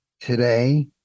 today